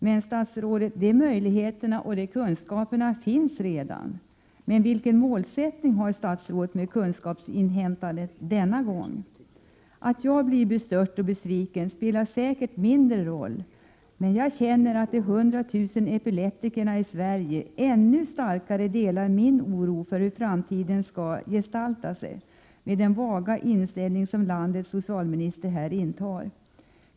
Men, statsrådet, de möjligheterna och de kunskaperna finns redan. Vilken målsättning har statsrådet med kunskapsinhämtandet denna gång? Att jag blir bestört och besviken spelar säkert mindre roll, men jag känner att de ca 100 000 epileptikerna i Sverige känner ännu starkare oro för hur framtiden skall gestalta sig, med den vaga inställning som landets socialministerintar.